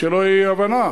שלא תהיה אי-הבנה,